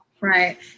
Right